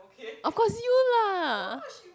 of course you lah